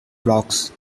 blocks